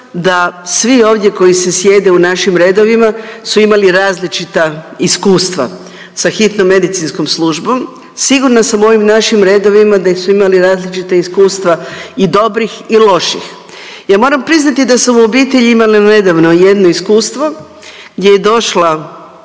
da svi ovdje koji se sjede u našim redovima su imali različita iskustva sa hitnom medicinskom službom, sigurna sam u ovim našim redovima da su imali različita iskustva i dobrih i loših. Ja moram priznati da sam u obitelji imala nedavno jedno iskustvo gdje je došla